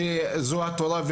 זו התורה,